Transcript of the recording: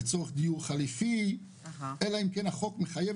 לצורך דיור חליפי (אלא אם כן החוק מחייב